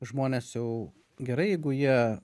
žmonės jau gerai jeigu jie